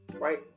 Right